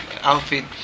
outfit